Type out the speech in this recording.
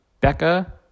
Becca